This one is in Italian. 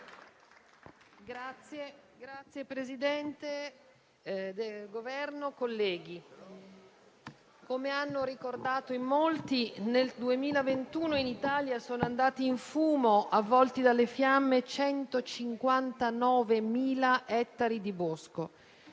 rappresentanti del Governo, colleghi, come hanno ricordato in molti, nel 2021 in Italia sono andati in fumo, avvolti dalle fiamme, 159.000 ettari di bosco,